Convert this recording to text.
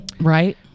right